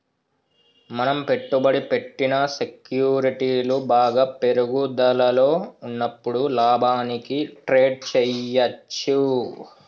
మనం పెట్టుబడి పెట్టిన సెక్యూరిటీలు బాగా పెరుగుదలలో ఉన్నప్పుడు లాభానికి ట్రేడ్ చేయ్యచ్చు